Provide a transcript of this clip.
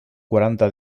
quaranta